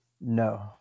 No